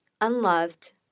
unloved